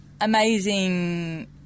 amazing